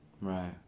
right